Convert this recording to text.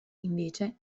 invece